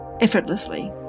effortlessly